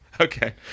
Okay